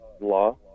Law